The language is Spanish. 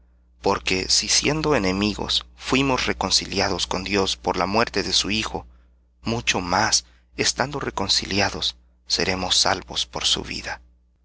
porque si siendo enemigos fuimos reconciliados con dios por la muerte de su hijo mucho más estando reconciliados seremos salvos por su vida